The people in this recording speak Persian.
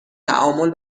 تعامل